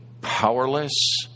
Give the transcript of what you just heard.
powerless